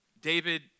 David